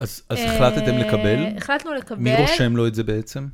אז, אז החלטתם לקבל? אה... החלטנו לקבל. מי רושם לו את זה בעצם?